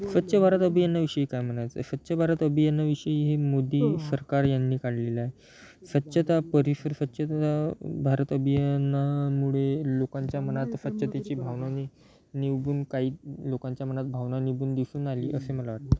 स्वच्च भारत अबियानाविषयी काय म्हनायचंय स्वच्च भारत अबियानाविषयी हे मोदी सरकार यांनी काडलेलाय स्वच्चता परिसर स्वच्चता भारत अबियानामुडे लोकांच्या मनात स्वच्चतेची भावना नि निगून काई लोकांच्या मनात भावना निगून दिसून आली असे मला वाट